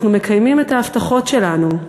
אנחנו מקיימים את ההבטחות שלנו.